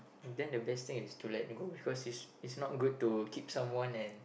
then the best thing is to let go because it's it's not good to keep someone and